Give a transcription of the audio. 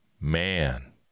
Man